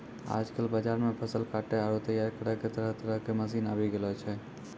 आजकल बाजार मॅ फसल काटै आरो तैयार करै के तरह तरह के मशीन आबी गेलो छै